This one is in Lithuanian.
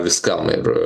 viskam ir